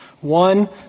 One